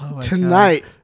Tonight